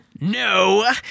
no